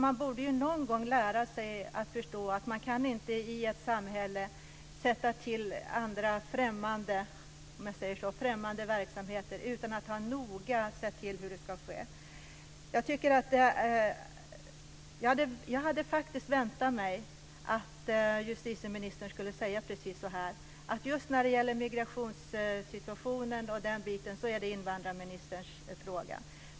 Man borde någon gång lära sig att förstå att man i ett samhälle inte kan sätta till "främmande" verksamheter utan att noga ha sett till hur det ska ske. Jag hade faktiskt väntat mig att justitieministern skulle säga precis så när det gäller migrationssituationen, att det är invandrarministerns fråga.